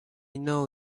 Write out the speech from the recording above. know